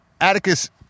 Atticus